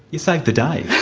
you saved the day.